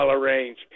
range